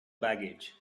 baggage